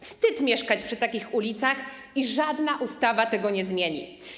Wstyd mieszkać przy takich ulicach i żadna ustawa tego nie zmieni.